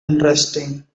unresting